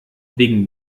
wegen